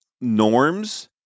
norms